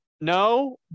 No